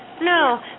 No